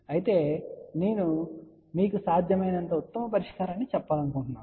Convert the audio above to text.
అయితే నేను మీకు సాధ్యమైనంత ఉత్తమమైన పరిష్కారాన్ని కూడా చెప్పాలనుకుంటున్నాను